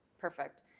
Perfect